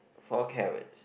four carrots